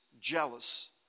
jealous